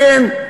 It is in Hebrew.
לכן,